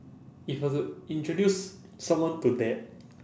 if I were to introduce someone to that